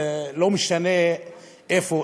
לא משנה איפה,